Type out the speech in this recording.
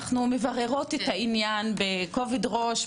אנחנו מבררות את העניין בכובד ראש,